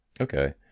okay